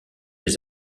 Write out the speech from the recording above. les